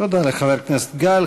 תודה לחבר הכנסת גל.